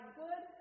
good